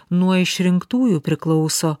nuo išrinktųjų priklauso